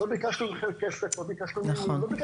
ממש בסוף הכהונה שלי כיועץ משפטי היו כמה מקרים של בנות זוג שפנו.